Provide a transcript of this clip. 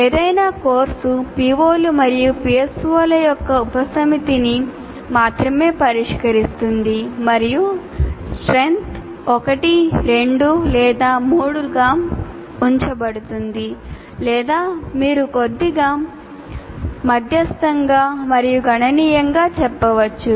ఏదైనా కోర్సు PO లు మరియు PSO ల యొక్క ఉపసమితిని మాత్రమే పరిష్కరిస్తుంది మరియు strength 1 2 లేదా 3 గా ఉంచబడుతుంది లేదా మీరు కొద్దిగా మధ్యస్తంగా మరియు గణనీయంగా చెప్పవచ్చు